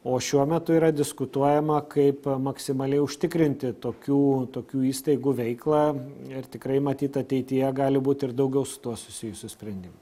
o šiuo metu yra diskutuojama kaip maksimaliai užtikrinti tokių tokių įstaigų veiklą ir tikrai matyt ateityje gali būt ir daugiau su tuo susijusių sprendimų